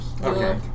Okay